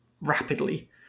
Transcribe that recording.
rapidly